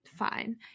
fine